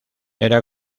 era